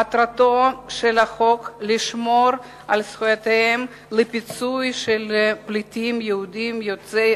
מטרתו של החוק לשמור על זכויותיהם לפיצוי של פליטים יהודים יוצאי